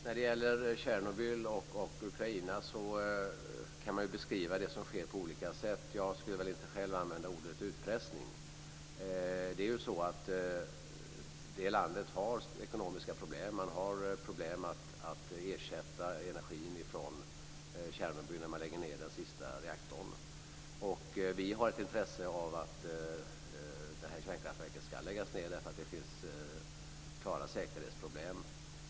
Fru talman! Det går att beskriva det som händer med Tjernobyl och Ukraina på olika sätt. Jag skulle inte själv använda ordet utpressning. Landet har ekonomiska problem. Landet har problem med att ersätta energin från Tjernobyl när den sista reaktorn läggs ned. Vi har ett intresse av att kärnkraftverket ska läggas ned. Det finns klara säkerhetsproblem.